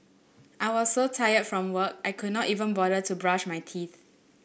I was so tired from work I could not even bother to brush my teeth